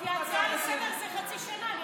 כי הצעה לסדר-היום זה חצי שנה.